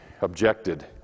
objected